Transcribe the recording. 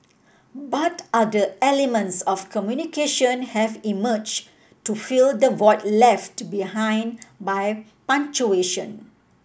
but other elements of communication have emerged to fill the void left behind by punctuation